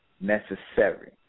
necessary